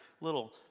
little